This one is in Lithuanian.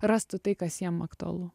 rastų tai kas jiem aktualu